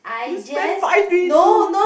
you spend five three two